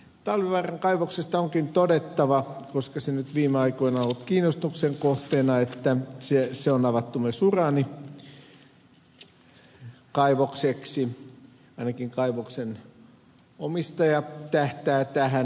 talvivaaran kaivoksesta onkin todettava koska se nyt viime aikoina on ollut kiinnostuksen kohteena että se on avattu myös uraanikaivokseksi ainakin kaivoksen omistaja tähtää tähän